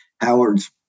Howard's